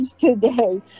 today